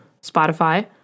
Spotify